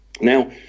Now